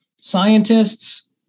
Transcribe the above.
scientists